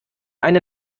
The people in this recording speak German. eine